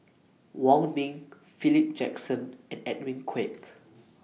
Wong Ming Philip Jackson and Edwin Koek